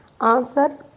Answer